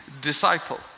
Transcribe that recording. disciple